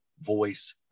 voice